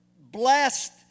blessed